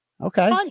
Okay